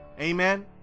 amen